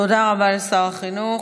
תודה רבה לשר החינוך.